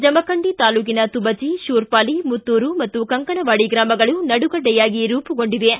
ಜಮಖಂಡಿ ತಾಲ್ಲೂಕಿನ ತುಬಚಿ ಕೂರ್ಪಾಲಿ ಮುತ್ತೂರು ಹಾಗೂ ಕಂಕನವಾಡಿ ಗ್ರಾಮಗಳು ನಡುಗಡ್ಡೆಯಾಗಿ ರೂಪುಗೊಂಡಿವೆ